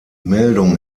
meldung